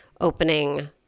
opening